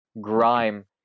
grime